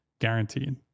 Guaranteed